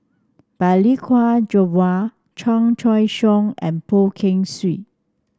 Balli Kaur Jaswal Chan Choy Siong and Poh Kay Swee